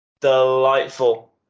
delightful